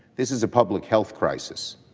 this is a public health crisis.